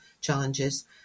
challenges